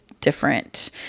different